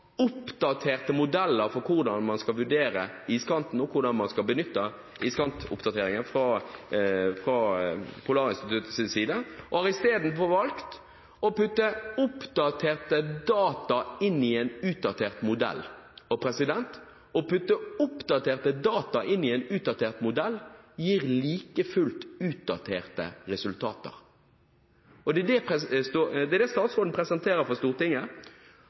oppdaterte modeller for hvordan man skal vurdere iskanten, og hvordan man skal benytte iskantoppdateringene fra Polarinstituttets side, og har i stedet valgt å putte oppdaterte data inn i en utdatert modell. Å putte oppdaterte data inn i en utdatert modell gir like fullt utdaterte resultater. Det er det statsråden presenterer for Stortinget.